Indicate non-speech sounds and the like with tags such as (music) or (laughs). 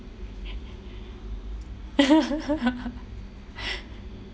(laughs) (breath)